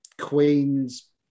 queen's